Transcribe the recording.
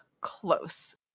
close